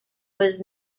was